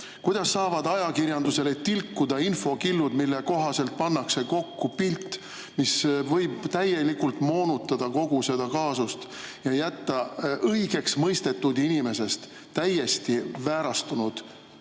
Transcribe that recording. Kuidas saavad ajakirjandusele tilkuda infokillud, mille kohaselt pannakse kokku pilt, mis võib täielikult moonutada kogu seda kaasust ja jätta õigeksmõistetud inimesest täiesti väärastunud kuvandi?